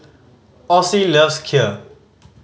Osie loves Kheer